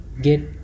get